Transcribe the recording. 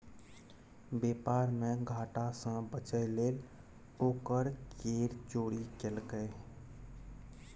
बेपार मे घाटा सँ बचय लेल ओ कर केर चोरी केलकै